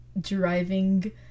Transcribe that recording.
driving